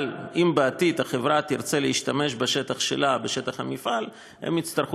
אבל אם בעתיד החברה תרצה להשתמש בשטח שלה בשטח המפעל היא תצטרך,